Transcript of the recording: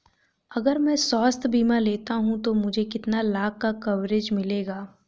अगर मैं स्वास्थ्य बीमा लेता हूं तो मुझे कितने लाख का कवरेज मिलेगा?